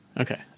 okay